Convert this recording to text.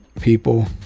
people